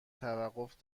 توقف